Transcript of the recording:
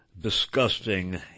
Disgusting